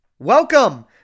Welcome